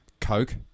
Coke